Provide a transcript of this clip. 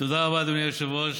אדוני היושב-ראש.